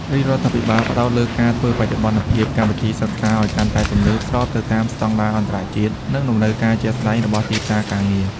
រាជរដ្ឋាភិបាលផ្តោតលើការធ្វើបច្ចុប្បន្នភាពកម្មវិធីសិក្សាឱ្យកាន់តែទំនើប ស្របទៅតាមស្តង់ដារអន្តរជាតិ និងតម្រូវការជាក់ស្តែងរបស់ទីផ្សារការងារ។